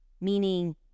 Meaning